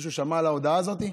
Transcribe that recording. מישהו שמע על ההודעה הזאת?